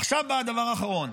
עכשיו בא הדבר האחרון.